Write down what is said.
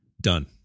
Done